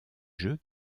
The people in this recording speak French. jeux